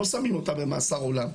לא שמים אותם במאסר עולם,